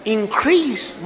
increase